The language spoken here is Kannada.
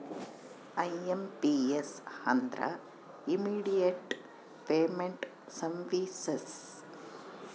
ಐ.ಎಂ.ಪಿ.ಎಸ್ ಅಂದ್ರ ಇಮ್ಮಿಡಿಯೇಟ್ ಪೇಮೆಂಟ್ ಸರ್ವೀಸಸ್